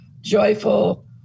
joyful